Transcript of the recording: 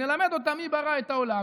נלמד אותם מי ברא את העולם,